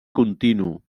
continu